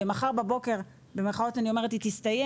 ומחר בבוקר היא "תסתיים",